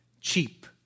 Cheap